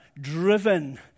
driven